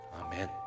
Amen